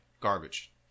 Garbage